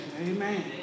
Amen